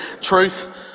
truth